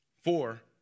Four